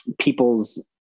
people's